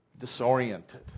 disoriented